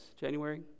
January